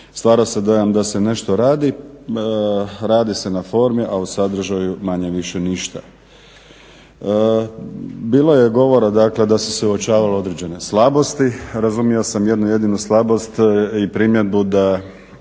stvara se dojam da se nešto radi. Radi se na formi, a o sadržaju manje-više ništa. Bilo je govora dakle da su se uočavale određene slabosti. Razumio sam jednu jedinu slabost i primjedbu da